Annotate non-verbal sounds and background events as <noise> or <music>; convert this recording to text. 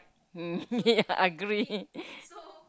hmm <laughs> ya agree